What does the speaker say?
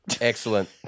Excellent